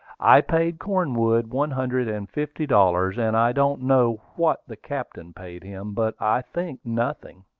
i paid cornwood one hundred and fifty dollars and i don't know what the captain paid him, but i think nothing.